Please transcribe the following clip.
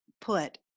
put